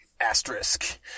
Asterisk